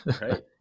right